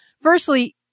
Firstly